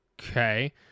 Okay